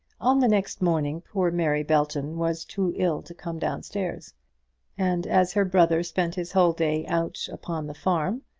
on the next morning poor mary belton was too ill to come down-stairs and as her brother spent his whole day out upon the farm,